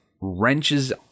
wrenches